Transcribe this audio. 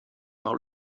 par